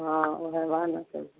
हाँ ओहे वान ने